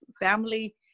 family